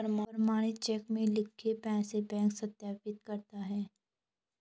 प्रमाणित चेक में लिखे पैसे बैंक सत्यापित करता है